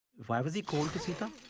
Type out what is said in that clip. why was he cold to sita?